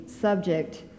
subject